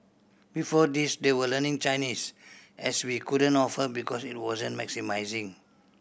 before this they were learning Chinese as we couldn't offer because it wasn't maximising